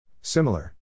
Similar